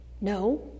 No